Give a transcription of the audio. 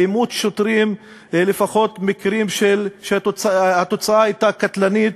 אלימות שוטרים, לפחות מקרים שהתוצאה הייתה קטלנית.